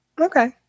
Okay